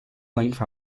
length